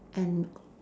and